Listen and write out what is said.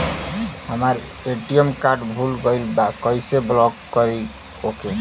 हमार ATM card भूला गईल बा कईसे ब्लॉक करी ओके?